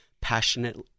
passionate